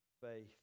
faith